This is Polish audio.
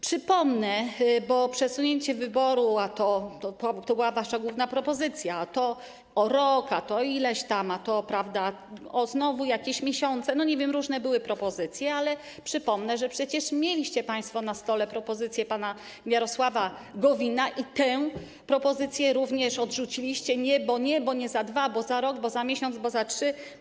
Przypomnę, bo przesunięcie wyborów to była wasza główna propozycja - to o rok, to o ileś tam, a to, prawda, znowu o jakieś miesiące, nie wiem, różne były propozycje - że przecież mieliście państwo na stole propozycję pana Jarosława Gowina i tę propozycję również odrzuciliście: nie, bo nie, bo nie za dwa, bo za rok, bo za miesiąc, bo za trzy.